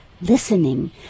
listening